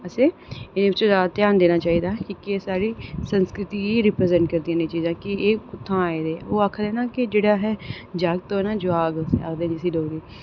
एह्दे ई ध्यान देना चाहिदा कि एह् साढ़ी संस्कृति गी रीप्रजेंट करदियां न कि एह् कुत्थूं आए दे न ते आखदे न कि जेह्ड़ा जागत होऐ ना जवाक आखदे न डोगरी च